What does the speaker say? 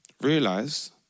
Realize